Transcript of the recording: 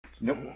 Nope